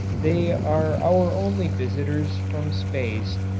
they are our only visitors from space,